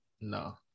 no